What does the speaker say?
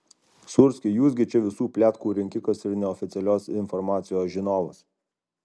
sūrski jūs gi čia visų pletkų rinkikas ir neoficialios informacijos žinovas